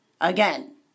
Again